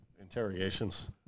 interrogations